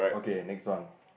okay next one